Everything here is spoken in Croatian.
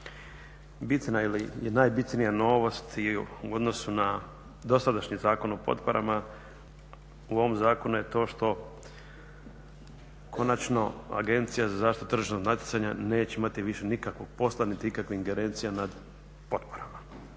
Bitna ili najbitnija novost u odnosu na dosadašnji Zakon o potporama u ovom zakonu je to što konačno AZTN neće imati više nikakvog posla niti ikakvih ingerencija nad potporama.